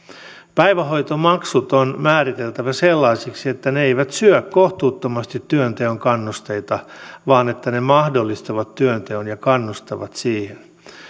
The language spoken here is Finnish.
päivähoitomaksut on määriteltävä sellaisiksi että ne eivät syö kohtuuttomasti työnteon kannusteita vaan että ne mahdollistavat työnteon ja kannustavat siihen